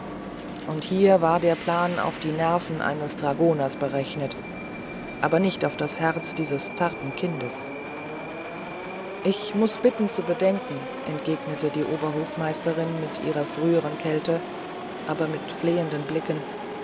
und hier war der plan auf die nerven eines dragoners berechnet aber nicht auf das herz dieses zarten kindes ich muß bitten zu bedenken entgegnete die oberhofmeisterin mit ihrer früheren kälte aber mit flehenden blicken